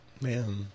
man